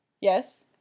Yes